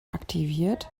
aktiviert